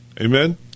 Amen